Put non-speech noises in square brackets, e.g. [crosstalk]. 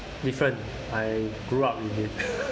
different I grew up with it [laughs]